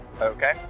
Okay